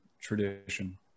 tradition